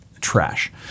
trash